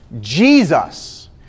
Jesus